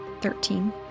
Thirteen